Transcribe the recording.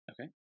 Okay